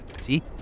See